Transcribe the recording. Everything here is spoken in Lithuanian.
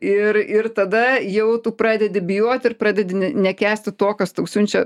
ir ir tada jau tu pradedi bijoti ir pradedi nekęsti to kas tau siunčia